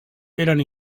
eren